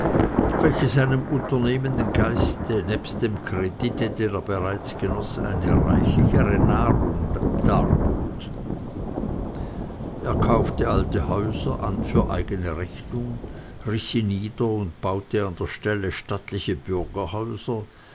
welche seinem unternehmenden geiste nebst dem kredite den er bereits genoß eine reichlichere nahrung darboten er kaufte alte häuser an für eigene rechnung riß sie nieder und baute an der stelle stattliche bürgerhäuser